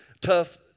tough